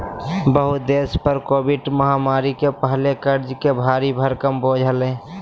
बहुते देश पर कोविड महामारी के पहले कर्ज के भारी भरकम बोझ हलय